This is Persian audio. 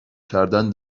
کردن